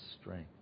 strength